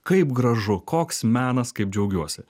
kaip gražu koks menas kaip džiaugiuosi